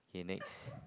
okay next